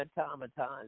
automatons